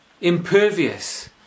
impervious